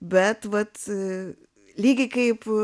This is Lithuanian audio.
bet vat lygiai kaip